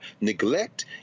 neglect